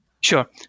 Sure